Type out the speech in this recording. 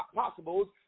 possibles